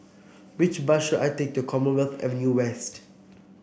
which bus should I take to Commonwealth Avenue West